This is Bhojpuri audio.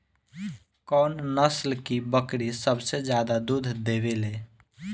कौन नस्ल की बकरी सबसे ज्यादा दूध देवेले?